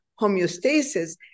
homeostasis